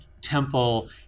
temple